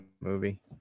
movie